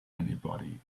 anybody